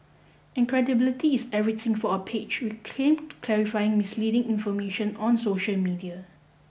and credibility is everything for a page which claim to clarify misleading information on social media